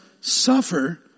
suffer